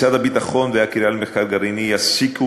משרד הביטחון והקריה למחקר גרעיני יסיקו